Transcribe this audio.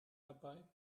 dabei